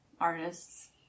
artists